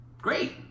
Great